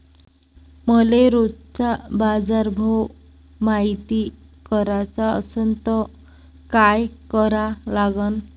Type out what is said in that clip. मले रोजचा बाजारभव मायती कराचा असन त काय करा लागन?